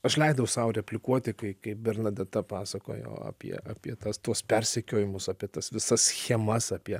aš leidau sau replikuoti kai kai bernadeta pasakojo apie apie tas tuos persekiojimus apie tas visas schemas apie